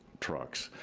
trucks.